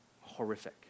horrific